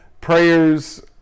Prayers